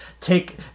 take